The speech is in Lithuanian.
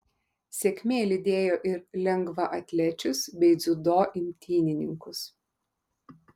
sėkmė lydėjo ir lengvaatlečius bei dziudo imtynininkus